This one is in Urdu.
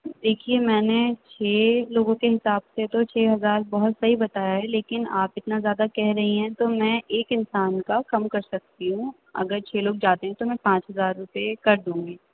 دیکھیے میں نے چھ لوگوں کے حساب سے تو چھ ہزار بہت صحیح بتایا ہے لیکن آپ اتنا زیادہ کہہ رہی ہیں تو میں ایک انسان کا کم کر سکتی ہوں اگر چھ لوگ جاتے ہیں تو میں پانچ ہزار روپئے کر دوں گی